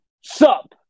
sup